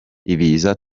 ibiza